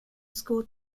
school